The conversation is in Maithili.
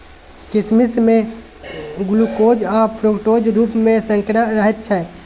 किसमिश मे ग्लुकोज आ फ्रुक्टोजक रुप मे सर्करा रहैत छै